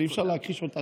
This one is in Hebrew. ואי-אפשר להכחיש אותה,